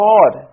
God